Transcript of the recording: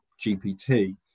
GPT